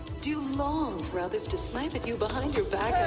dulong brothers decipher you behind your